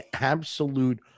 absolute